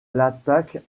l’attaque